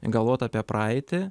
galvot apie praeitį